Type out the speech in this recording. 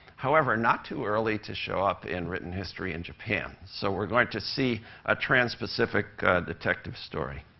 however not too early to show up in written history in japan. so we're going to see a trans-pacific detective story.